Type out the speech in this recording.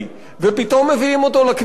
ופתאום מביאים אותו לכנסת.